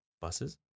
Buses